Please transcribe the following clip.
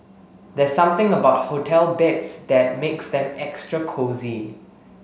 there's something about hotel beds that makes them extra cosy